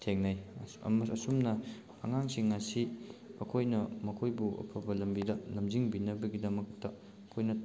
ꯊꯦꯡꯅꯩ ꯑꯁꯨꯝꯅ ꯑꯉꯥꯡꯁꯤꯡ ꯑꯁꯤ ꯑꯩꯈꯣꯏꯅ ꯃꯈꯣꯏꯕꯨ ꯑꯐꯕ ꯂꯝꯕꯤꯗ ꯂꯝꯖꯤꯡꯕꯤꯅꯕꯒꯤꯗꯃꯛꯇ ꯑꯩꯈꯣꯏꯅ